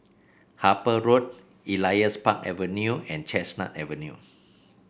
Harper Road Elias Park Avenue and Chestnut Avenue